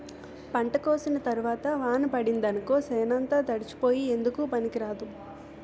పంట కోసిన తరవాత వాన పడిందనుకో సేనంతా తడిసిపోయి ఎందుకూ పనికిరాదు